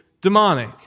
demonic